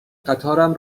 قطارم